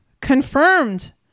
confirmed